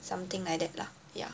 something like that lah ya